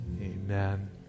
Amen